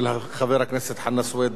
של חבר הכנסת חנא סוייד.